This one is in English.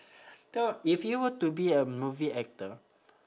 if you were to be a movie actor